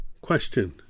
question